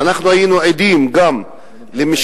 ואנחנו היינו עדים גם למשלחת,